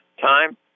time